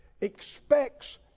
expects